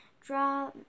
draw